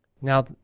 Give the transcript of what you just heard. Now